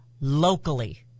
locally